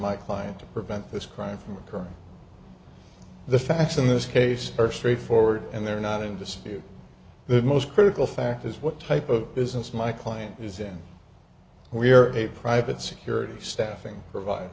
my client to prevent this crime from occurring the facts in this case are straightforward and they're not in dispute the most critical fact is what type of business my claim is in we're a private security staffing provide